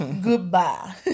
Goodbye